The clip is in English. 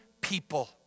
people